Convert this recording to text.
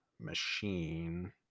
machine